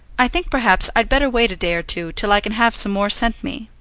i think perhaps i'd better wait a day or two till i can have some more sent me.